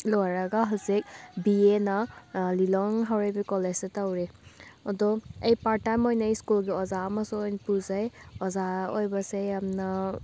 ꯂꯣꯏꯔꯒ ꯍꯧꯖꯤꯛ ꯕꯤ ꯑꯦꯅ ꯂꯤꯂꯣꯡ ꯍꯥꯎꯔꯩꯕꯤ ꯀꯣꯂꯦꯖꯇ ꯇꯧꯋꯦ ꯑꯗꯣ ꯑꯩ ꯄꯥꯔꯠ ꯇꯥꯏꯝ ꯑꯣꯏꯅ ꯑꯩ ꯁ꯭ꯀꯨꯜꯒꯤ ꯑꯣꯖꯥ ꯑꯃꯁꯨ ꯑꯣꯏꯅ ꯄꯨꯖꯩ ꯑꯣꯖꯥ ꯑꯣꯏꯕꯁꯦ ꯌꯥꯝꯅ